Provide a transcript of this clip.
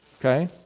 Okay